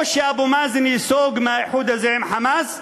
או שאבו מאזן ייסוג מהאיחוד הזה עם "חמאס"